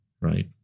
right